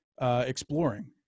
exploring